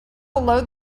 below